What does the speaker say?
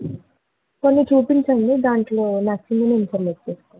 కొన్ని చూపించండి దాంట్లో నచ్చింది నేను సెలెక్ట్ చేసుకుంటాను